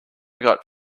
got